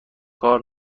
کار